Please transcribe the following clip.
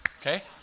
Okay